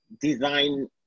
design